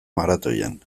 maratoian